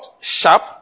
sharp